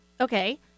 Okay